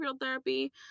therapy